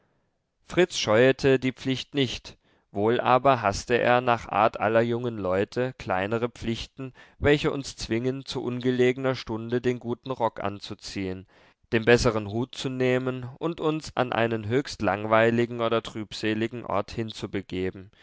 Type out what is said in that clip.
fritz scheuete die pflicht nicht wohl aber haßte er nach art aller jungen leute kleinere pflichten welche uns zwingen zu ungelegener stunde den guten rock anzuziehen den besseren hut zu nehmen und uns an einen höchst langweiligen oder trübseligen ort hinzubegeben